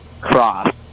cross